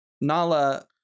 Nala